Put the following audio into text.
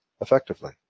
effectively